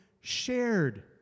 shared